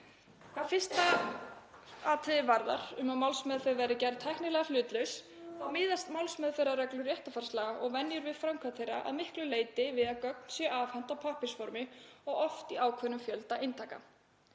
Hvað fyrsta atriðið varðar, um að málsmeðferð verði gerð tæknilega hlutlaus, miðast málsmeðferðarreglur réttarfarslaga og venjur við framkvæmd þeirra að miklu leyti við að gögn séu afhent á pappírsformi og oft í ákveðnum fjölda eintaka.